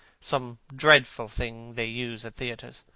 some dreadful thing they use at theatres.